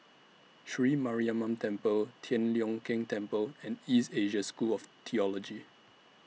Sri Mariamman Temple Tian Leong Keng Temple and East Asia School of Theology